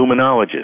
luminologists